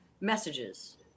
messages